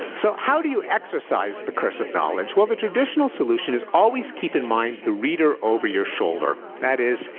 so how do you exercise the curse of knowledge? well, the traditional solution is always keep in mind the reader over your shoulder. that is,